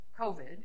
COVID